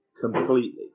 completely